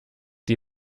die